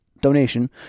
donation